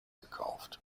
gekauft